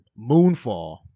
Moonfall